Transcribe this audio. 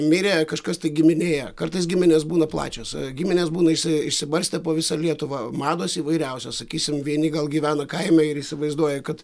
mirė kažkas tai giminėje kartais giminės būna plačios giminės būna išsi išsibarstę po visą lietuvą mados įvairiausios sakysim vieni gal gyvena kaime ir įsivaizduoja kad